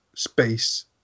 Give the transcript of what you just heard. space